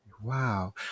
Wow